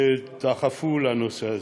שדחפו לנושא הזה.